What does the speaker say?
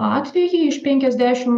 atvejį iš penkiasdešimt